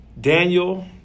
Daniel